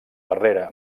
barrera